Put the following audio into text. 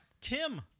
Tim